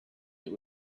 that